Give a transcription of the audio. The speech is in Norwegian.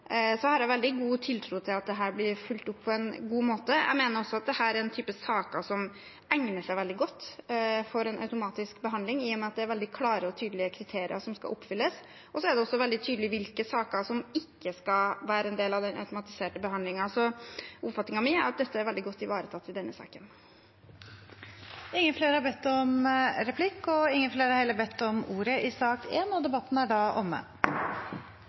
har veldig god tiltro til at dette blir fulgt opp på en god måte. Jeg mener også at dette er en type saker som egner seg veldig godt for en automatisk behandling, i og med at det er veldig klare og tydelige kriterier som skal oppfylles. Og så er det også veldig tydelig hvilke saker som ikke skal være en del av den automatiserte behandlingen. Så oppfatningen min er at dette er veldig godt ivaretatt i denne saken. Replikkordskiftet er omme. Flere har ikke bedt om ordet til sak nr. 1. Etter ønske fra familie- og kulturkomiteen vil presidenten ordne debatten slik: 5 minutter til hver partigruppe og